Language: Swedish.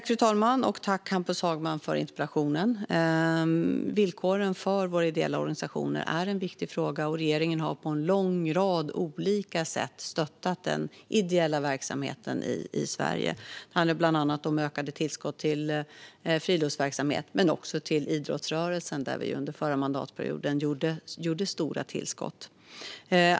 Fru talman! Tack, Hampus Hagman, för interpellationen! Villkoren för våra ideella organisationer är en viktig fråga, och regeringen har på en lång rad olika sätt stöttat den ideella verksamheten i Sverige. Det handlar bland annat om ökade tillskott till friluftsverksamhet men också till idrottsrörelsen, där vi under förra mandatperioden gjorde stora tillskott.